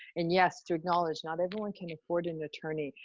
and yes, to acknowledge not everyone can afford an attorney,